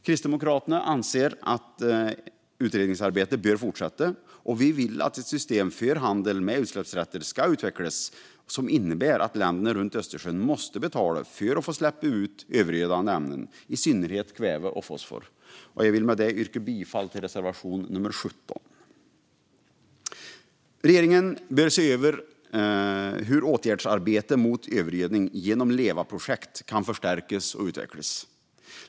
Kristdemokraterna anser att utredningsarbetet bör fortsätta, och vi vill att ett system för handel med utsläppsrätter ska utvecklas som innebär att länderna runt Östersjön måste betala för att få släppa ut övergödande ämnen, i synnerhet kväve och fosfor. Jag vill med detta yrka bifall till reservation nummer 17. Regeringen bör se över hur åtgärdsarbetet mot övergödning genom LEVA-projektet kan förstärkas och utvecklas.